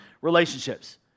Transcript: relationships